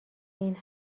این